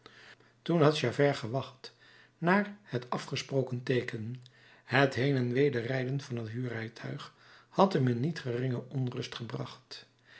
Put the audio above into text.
toen had javert gewacht naar het afgesproken teeken het heen en weder rijden van het huurrijtuig had hem in niet geringe onrust gebracht